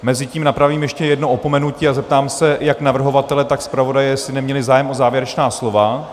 Mezitím napravím ještě jedno opomenutí a zeptám se jak navrhovatele, tak zpravodajky, jestli by neměli zájem o závěrečná slova?